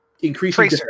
increasing